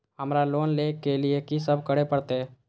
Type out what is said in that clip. हमरा लोन ले के लिए की सब करे परते?